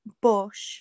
bush